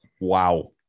wow